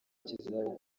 kizaba